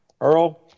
Earl